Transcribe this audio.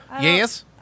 Yes